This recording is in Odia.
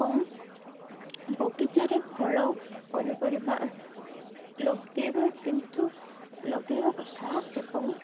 ଏବଂ ବଗିଚାରେ ଫଳ ପନିପରିବା ଲଗେଇବା କିନ୍ତୁ ଲଗେଇବା କଥା ଏବଂ